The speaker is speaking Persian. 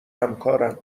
همکارم